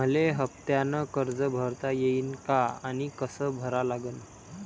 मले हफ्त्यानं कर्ज भरता येईन का आनी कस भरा लागन?